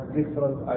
different